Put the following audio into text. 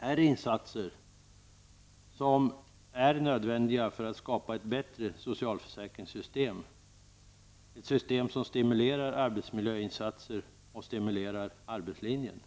är insatser som är nödvändiga för att skapa ett bättre socialförsäkringssystem som stimulerar arbetsmiljöinsatser och arbetslinjen.